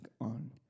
on